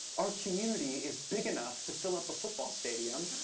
our community is big enough to fill up a football stadium,